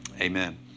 Amen